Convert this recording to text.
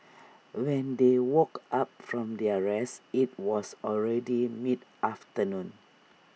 when they woke up from their rest IT was already mid afternoon